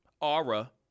Aura